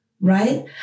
right